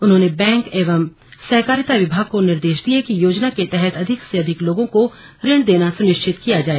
उन्होंने बैंक एवं सहकारिता विभाग को निर्देश दिये कि योजना के तहत अधिक से अधिक लोगों को ऋण देना सुनिश्चित किया जाए